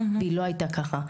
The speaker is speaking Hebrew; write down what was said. היא לא הייתה ככה.